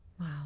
Wow